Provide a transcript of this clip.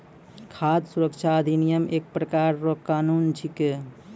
खाद सुरक्षा अधिनियम एक प्रकार रो कानून छिकै